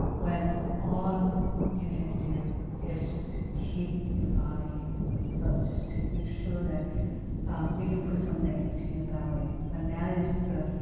when all you can do is just to keep your body afloat, just to make sure that you can put something into your belly. when that is the